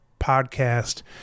podcast